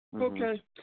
Okay